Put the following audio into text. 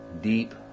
deep